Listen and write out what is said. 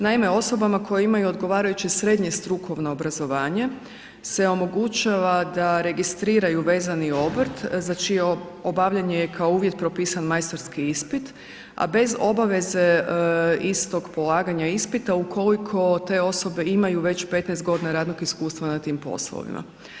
Naime, osobama koje imaju odgovarajuće srednje strukovno obrazovanje se omogućava da registriraju vezani obrt za čije obavljanje je kao uvjet propisan majstorski ispit, a bez obaveze istog polaganja ispita ukoliko te osobe imaju već 15 godina radnog iskustva na tim poslovima.